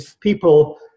people